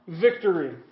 victory